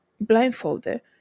blindfolded